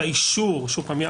האישור שוב פעם,